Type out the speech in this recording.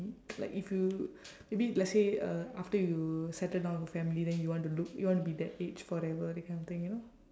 like if you maybe let's say uh after you settle down with your family then you want to look you want to be that age forever that kind of thing you know